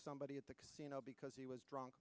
somebody at the casino because he was drunk